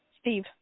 Steve